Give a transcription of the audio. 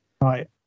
Right